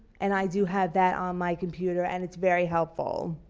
and i do have that on my computer and it's very helpful.